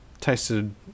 tasted